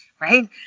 right